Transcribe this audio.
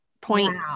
point